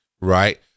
right